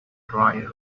dry